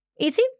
easy